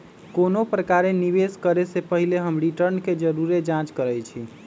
कोनो प्रकारे निवेश करे से पहिले हम रिटर्न के जरुरे जाँच करइछि